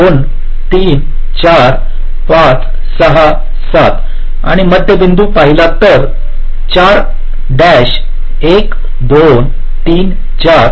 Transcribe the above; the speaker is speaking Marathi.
1 2 3 4567 आणि मध्यबिंदू पाहिला तर ते 4 - 1 2 3 4